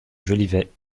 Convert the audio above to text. jolivet